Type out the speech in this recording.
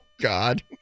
God